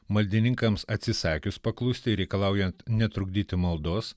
maldininkams atsisakius paklusti reikalaujant netrukdyti maldos